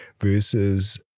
versus